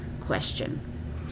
question